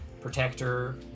protector